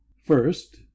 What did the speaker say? first